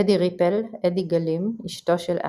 אדי ריפל / אדי גלים – אשתו של אלן.